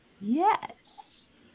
Yes